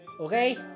Okay